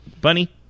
Bunny